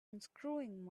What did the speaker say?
unscrewing